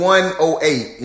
108